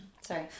Sorry